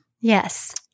Yes